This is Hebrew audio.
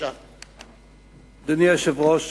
אדוני היושב-ראש,